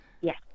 yes